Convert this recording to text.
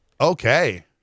Okay